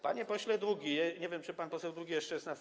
Panie pośle Długi - nie wiem, czy pan poseł Długi jeszcze jest na sali.